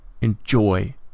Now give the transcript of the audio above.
enjoy